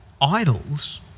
idols